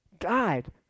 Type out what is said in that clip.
died